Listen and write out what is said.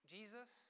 Jesus